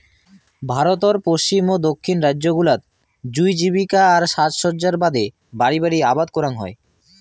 ভারতর পশ্চিম ও দক্ষিণ রাইজ্য গুলাত জুঁই জীবিকা আর সাজসজ্জার বাদে বাড়ি বাড়ি আবাদ করাং হই